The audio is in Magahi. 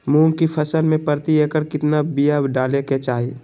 मूंग की फसल में प्रति एकड़ कितना बिया डाले के चाही?